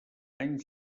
anys